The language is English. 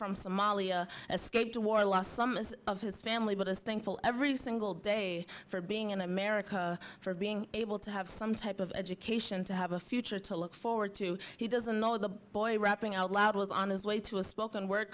from somalia escaped a war lost some of his family but as thankful every single day for being in america for being able to have some type of education to have a future to look forward to he doesn't know the boy rapping out loud was on his way to a spoken word